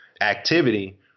activity